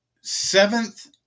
seventh